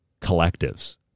collectives